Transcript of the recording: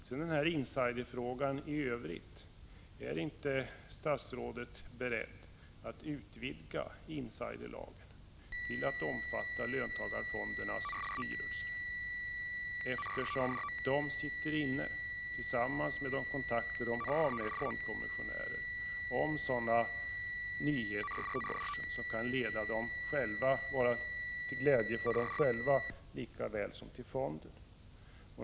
När det gäller insiderfrågan i övrigt undrar jag: Är inte statsrådet beredd att utvidga insiderlagen till att omfatta löntagarfondernas styrelser? De sitter ju, bl.a. genom de kontakter som de har med fondkommissionärer, inne med sådana nyheter på börsen som kan vara till glädje för dem själva lika väl som för fonden.